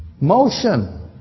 Motion